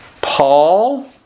Paul